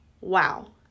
Wow